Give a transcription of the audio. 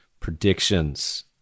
predictions